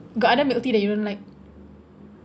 got other milk tea that you don't like